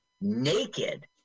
naked